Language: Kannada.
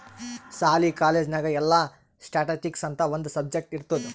ಸಾಲಿ, ಕಾಲೇಜ್ ನಾಗ್ ಎಲ್ಲಾ ಸ್ಟ್ಯಾಟಿಸ್ಟಿಕ್ಸ್ ಅಂತ್ ಒಂದ್ ಸಬ್ಜೆಕ್ಟ್ ಇರ್ತುದ್